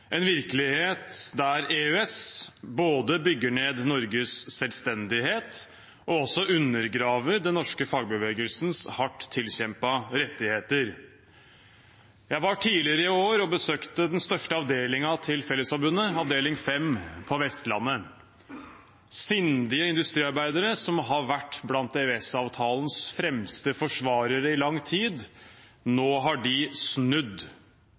en virkelighet der EØS både bygger ned Norges selvstendighet og også undergraver den norske fagbevegelsens hardt tilkjempede rettigheter. Jeg besøkte tidligere i år den største avdelingen til Fellesforbundet, avdeling 5, på Vestlandet – sindige industriarbeidere som har vært blant EØS-avtalens fremste forsvarere i lang tid. Nå har de snudd,